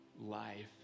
life